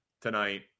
tonight